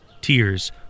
Tears